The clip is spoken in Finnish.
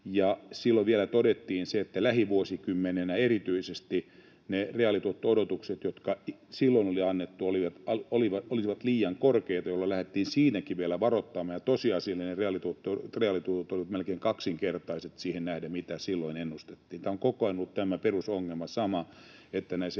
Silloin vielä todettiin se, että lähivuosikymmenenä erityisesti ne reaalituotto-odotukset, jotka silloin oli annettu, olisivat liian korkeita, jolloin lähdettiin siinäkin vielä varoittamaan. Tosiasialliset reaalituotot olivat melkein kaksinkertaiset siihen nähden, mitä silloin ennustettiin. Tämä perusongelma on koko ajan ollut sama, että näissä